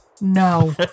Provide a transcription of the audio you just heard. No